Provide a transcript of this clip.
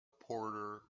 porter